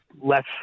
less